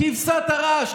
כבשת הרש.